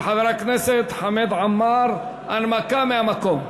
של חבר הכנסת חמד עמאר, הנמקה מהמקום.